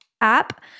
app